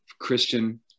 Christian